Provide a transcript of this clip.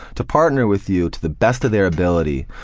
to partner with you to the best of their ability.